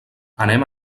anem